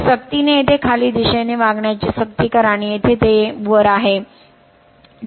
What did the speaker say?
मग सक्तीने येथे खाली दिशेने वागण्याची सक्ती करा आणि येथे ते येथे वर आहे